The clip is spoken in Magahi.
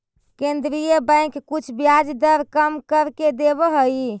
केन्द्रीय बैंक कुछ ब्याज दर कम कर देवऽ हइ